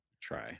Try